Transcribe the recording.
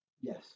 Yes